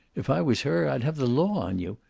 if i was her i'd have the law on you.